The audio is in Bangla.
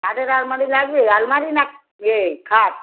কাঠের আলমারি লাগবে আলমারি না ইয়ে খাট